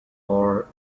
are